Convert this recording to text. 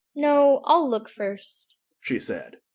no, i'll look first she said,